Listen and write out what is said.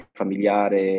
familiare